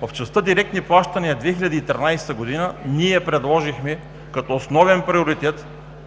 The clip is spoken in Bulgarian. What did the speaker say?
В частта „Директни плащания“ 2013 г. ние предложихме като основен приоритет,